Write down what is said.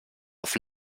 auf